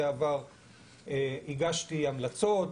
בערך של שמונה אחוז ומעלה, יכולה להגיע בקשה